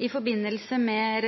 I forbindelse med